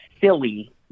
silly